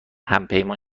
همپیمان